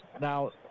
Now